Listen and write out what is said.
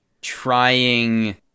Trying